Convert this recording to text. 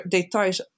details